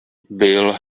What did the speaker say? bill